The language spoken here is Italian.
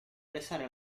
pressare